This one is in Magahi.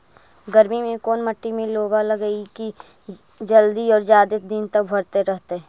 गर्मी में कोन मट्टी में लोबा लगियै कि जल्दी और जादे दिन तक भरतै रहतै?